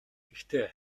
гэхдээ